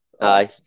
Aye